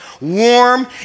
warm